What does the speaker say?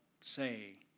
say